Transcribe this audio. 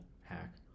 hack